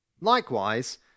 Likewise